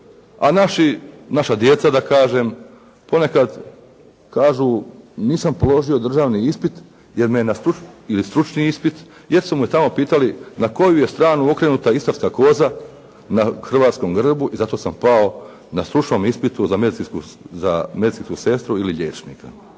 a naša djeca da kažem ponekad kažu nisam položio državni ispit jer me je, ili stručni ispit, jer su me tamo pitali na koju je stranu okrenuta istarska koza na hrvatskom grbu i zato sam pao na stručnom ispitu za medicinsku sestru ili liječnika.